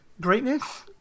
greatness